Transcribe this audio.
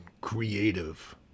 creative